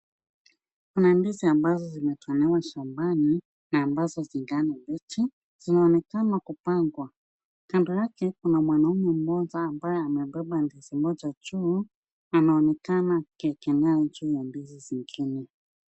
Kuna ndizi ambazo zimetolewa shambani na ambazo zingali mbichi. Zinaonekana kupangwa. Kando yake kuna mwanamume mmoja ambaye amebeba ndizi moja juu anaoenakana akiegemea juu ya ndizi zingine.